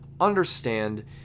understand